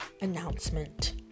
announcement